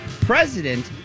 president